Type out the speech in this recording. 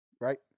Right